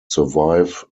survive